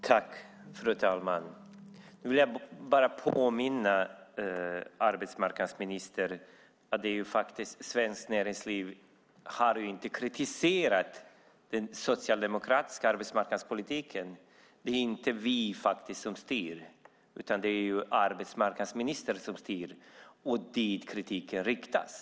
Fru talman! Jag vill påminna arbetsmarknadsministern om att Svenskt Näringsliv inte har kritiserat den socialdemokratiska arbetsmarknadspolitiken. Det är inte vi som styr, utan det arbetsmarknadsministern som styr, och det är dit kritiken riktas.